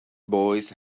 boys